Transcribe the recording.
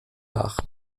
nach